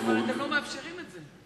אבל אתם לא מאפשרים את זה.